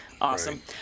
Awesome